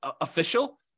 official